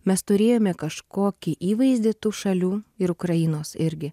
mes turėjome kažkokį įvaizdį tų šalių ir ukrainos irgi